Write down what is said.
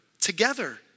together